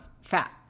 fat